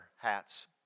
Hats